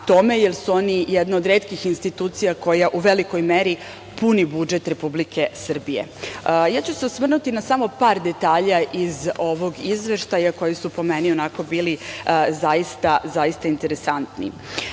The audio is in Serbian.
tome, jer su oni jedna od retkih institucija koja u velikoj meri puni budžet Republike Srbije. Ja ću se osvrnuti na samo par detalja iz ovog izveštaja, koji su po meni bili onako zaista interesantni. Ukupan